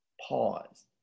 Pause